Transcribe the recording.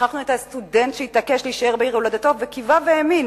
שכחנו את הסטודנט שהתעקש להישאר בעיר הולדתו וקיווה והאמין